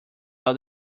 all